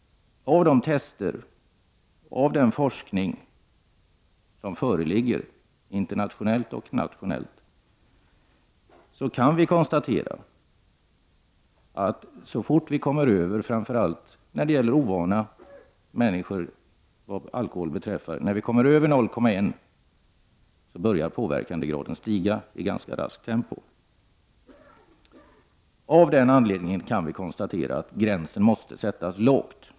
Av de tester och den forskning som föreligger internationellt och nationellt framgår det att människor, framför allt människor som är ovana vid alkohol, påverkas av alkoholen i raskt ökande takt när promillehalten passerar 0,1. Av detta kan vi konstatera att promillegränsen måste sättas på en låg nivå.